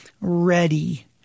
ready